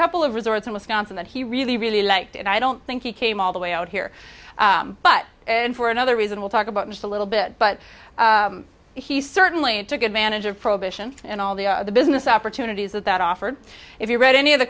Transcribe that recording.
couple of resorts in wisconsin that he really really liked and i don't think he came all the way out here but and for another reason we'll talk about just a little bit but he certainly took advantage of prohibition and all the business opportunities that that offered if you read any of the